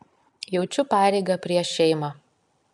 jaučiu pareigą prieš šeimą